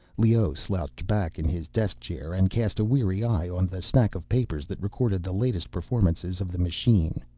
leoh slouched back in his desk chair and cast a weary eye on the stack of papers that recorded the latest performances of the machine.